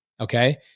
Okay